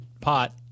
pot